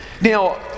Now